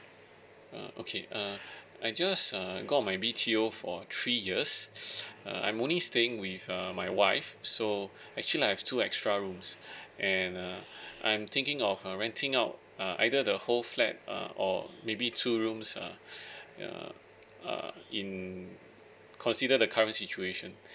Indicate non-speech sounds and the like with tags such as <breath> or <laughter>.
uh okay uh I just uh got my B_T_O for three years <breath> I'm only staying with uh my wife so actually I have two extra rooms <breath> and uh I'm thinking of uh renting out uh either the whole flat uh or maybe two rooms uh <breath> uh uh in consider the current